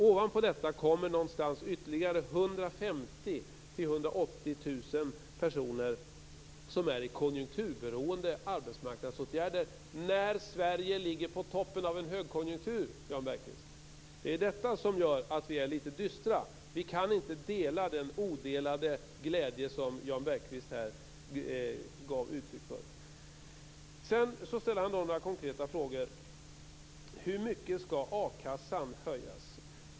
Ovanpå detta kommer ytterligare 150 000-180 000 personer som är i konjunkturberoende arbetsmarknadsåtgärder - och detta när Sverige ligger på toppen av en högkonjunktur, Jan Bergqvist. Det är detta som gör att vi är lite dystra. Vi kan inte dela den glädje som Jan Bergqvist här gav uttryck för. Sedan ställde han några konkreta frågor, bl.a. hur mycket a-kassan skall höjas.